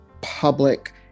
public